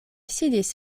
sidis